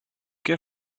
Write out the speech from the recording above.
qué